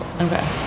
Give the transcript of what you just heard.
Okay